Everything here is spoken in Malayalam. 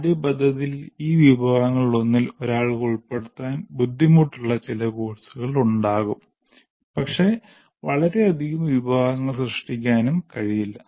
പാഠ്യപദ്ധതിയിൽ ഈ വിഭാഗങ്ങളിലൊന്നിൽ ഒരാൾക്ക് ഉൾപ്പെടുത്താൻ ബുദ്ധിമുട്ടുള്ള ചില കോഴ്സുകൾ ഉണ്ടാകും പക്ഷേ വളരെയധികം വിഭാഗങ്ങൾ സൃഷ്ടിക്കാനും കഴിയില്ല